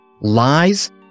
lies